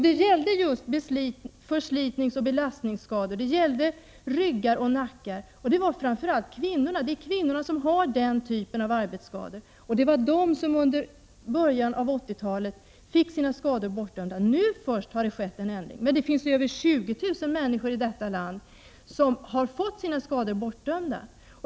Det gällde just förslitningsoch belastningsskador, det gällde ryggar och nackar, och det är framför allt kvinnorna som har den typen av arbetsskador. Det var kvinnorna som i början av 80-talet fick sina arbetsskador bortdömda. Först nu har det skett en ändring, men över 20 000 människor här i landet har fått sina skador bortdömda.